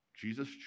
Jesus